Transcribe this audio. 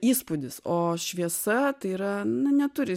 įspūdis o šviesa tai yra nu neturi